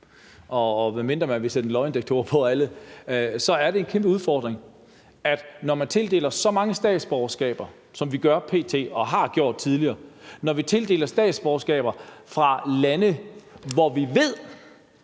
og medmindre man vil sætte en løgnedetektor på alle, så er det en kæmpe udfordring. Når man tildeler så mange statsborgerskaber, som vi gør p.t. og har gjort tidligere, og når vi tildeler statsborgerskaber til personer fra lande, hvor vi ved,